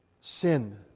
sin